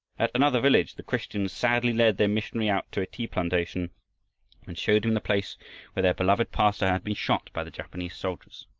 at another village the christians sadly led their missionary out to a tea plantation and showed him the place where their beloved pastor had been shot by the japanese soldiers.